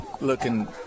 looking